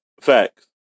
Facts